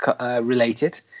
related